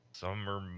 summer